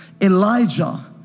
Elijah